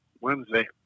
Wednesday